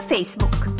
Facebook